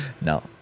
No